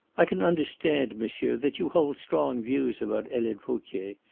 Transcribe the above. i can understand, monsieur, that you hold strong views about helene vauquier.